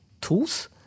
tools